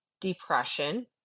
depression